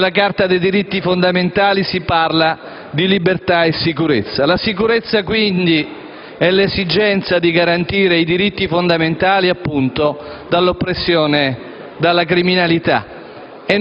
Nella Carta dei diritti fondamentali si parla di libertà e sicurezza. La sicurezza, quindi, è l'esigenza di garantire i diritti fondamentali, appunto, dall'oppressione, dalla criminalità.